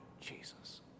Jesus